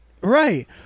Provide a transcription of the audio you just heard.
right